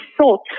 thought